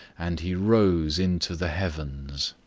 and he rose into the heavens.